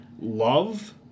love